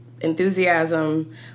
enthusiasm